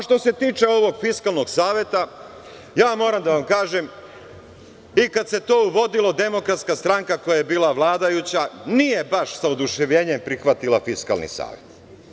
Što se tiče ovog Fiskalnog saveta, ja moram da vam kažem, i kad se to uvodilo, DS, koja je bila vladajuća, nije baš sa oduševljenjem prihvatila Fiskalni savet.